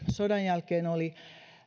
sodan jälkeen oli